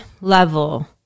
level –